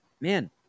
Man